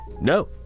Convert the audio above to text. no